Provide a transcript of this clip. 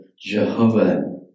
Jehovah